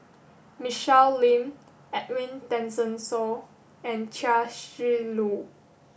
Michelle Lim Edwin Tessensohn and Chia Shi Lu